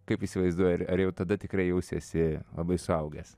kaip įsivaizduoji ar ar jau tada tikrai jausiesi labai suaugęs